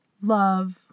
love